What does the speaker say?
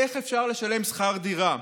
איך אפשר לשלם שכר דירה?